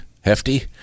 Hefty